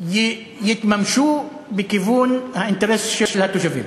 יתממשו בכיוון האינטרס של התושבים.